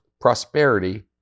prosperity